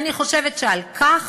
ואני חושבת שעל כך